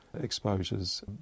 exposures